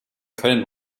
können